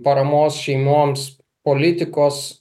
paramos šeimoms politikos